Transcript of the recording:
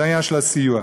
זה בעניין של הסיוע.